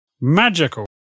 Magical